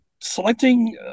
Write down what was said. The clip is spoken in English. selecting